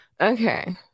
Okay